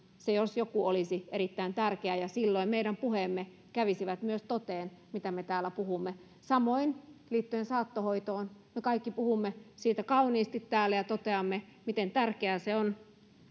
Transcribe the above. se jos joku olisi erittäin tärkeää ja silloin meidän puheemme kävisivät myös toteen mitä me täällä puhumme samoin liittyen saattohoitoon me kaikki puhumme siitä kauniisti täällä ja toteamme miten tärkeää se on